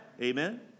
Amen